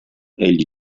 egli